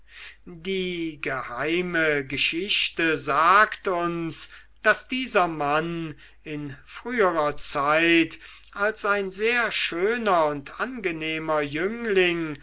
die geheime geschichte sagt uns daß dieser mann in früherer zeit als ein sehr schöner und angenehmer jüngling